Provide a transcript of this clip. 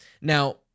Now